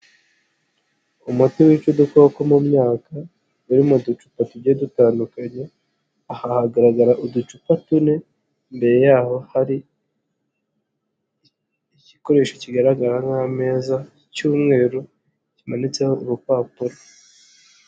Umuti w'ica udukoko mu myaka uri mu ducupa tugiye dutandukanye, aha hagaragara uducupa tune ,imbere yaho hari igikoresho kigaragara nk'ameza cy'umweru kimanitseho urupapuro.